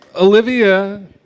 Olivia